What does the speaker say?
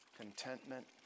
contentment